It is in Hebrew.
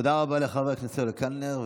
תודה רבה לחבר הכנסת קלנר.